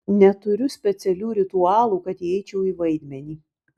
neturiu specialių ritualų kad įeičiau į vaidmenį